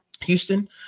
Houston